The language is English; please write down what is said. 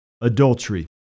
adultery